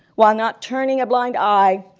while not turning a blind eye.